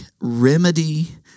remedy